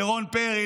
לרון פרי,